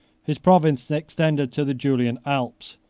his province extended to the julian alps,